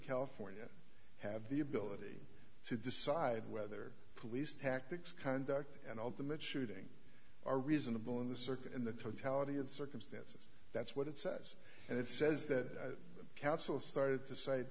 california have the ability to decide whether police tactics conduct and ultimate shooting are reasonable in the circuit in the totality of circumstances that's what it says and it says that counsel started to say